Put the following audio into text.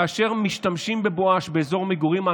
כאשר משתמשים בבואש באזור מגורים,